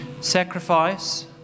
Sacrifice